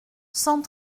cent